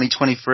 2023